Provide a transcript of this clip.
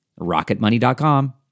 Rocketmoney.com